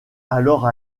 alors